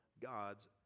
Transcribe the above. God's